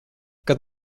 kad